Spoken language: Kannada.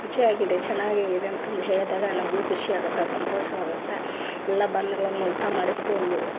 ರುಚಿಯಾಗಿದೆ ಚೆನ್ನಾಗಾಗಿದೆ ಅಂತಂದು ಹೇಳಿದಾಗ ನಮಗೂ ಖುಷಿ ಆಗುತ್ತೆ ಸಂತೋಷವಾಗುತ್ತೆ ಎಲ್ಲ ಬಂದು ಒಂದು ಊಟ ಮಾಡಿದಕ್ಕೂ ಒಂದು